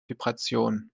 vibration